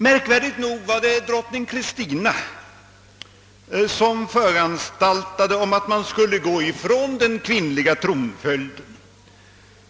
Märkvärdigt nog var det drottning Kristina som föranstaltade om att man skulle gå ifrån den kvinnliga tronföljden.